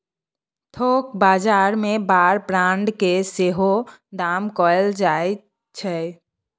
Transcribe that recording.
थोक बजार मे बार ब्रांड केँ सेहो दाम कएल जाइ छै